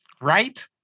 right